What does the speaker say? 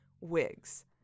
Wigs